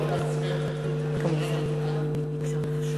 את נותנת כבוד לעצמך.